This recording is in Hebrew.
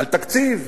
על תקציב,